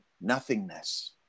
nothingness